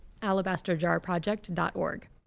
alabasterjarproject.org